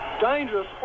dangerous